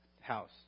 House